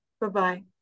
Bye-bye